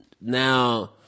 now